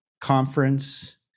conference